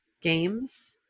games